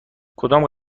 کدام